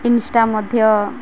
insta ମଧ୍ୟ